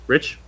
Rich